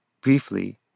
briefly